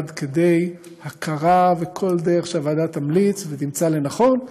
עד כדי הכרה וכל דרך שהוועדה תמליץ ותמצא לנכון,